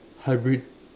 hybrid